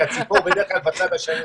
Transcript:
כי הציפור בדרך כלל בצד השני.